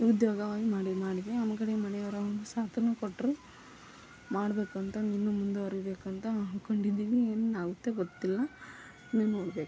ಉದ್ಯೋಗವಾಗಿ ಮಾಡಿ ಮಾಡಿದೆ ಒಂದು ಕಡೆಗೆ ಮನೆಯವರ ಒಂದು ಸಾಥನ್ನು ಕೊಟ್ಟರು ಮಾಡಬೇಕು ಅಂತ ಇನ್ನೂ ಮುಂದುವರಿಬೇಕು ಅಂತ ಅಂದ್ಕೊಂಡಿದ್ದೀನಿ ಏನಾಗುತ್ತೆ ಗೊತ್ತಿಲ್ಲ ಇನ್ನೂ ನೋಡಬೇಕು